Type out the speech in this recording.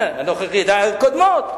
הקודמות.